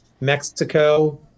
Mexico